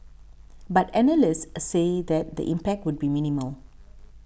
but analysts said that the impact would be minimal